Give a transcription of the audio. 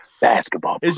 Basketball